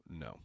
No